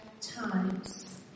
times